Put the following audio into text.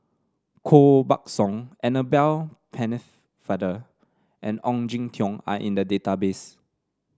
Koh Buck Song Annabel Pennefather and Ong Jin Teong are in the database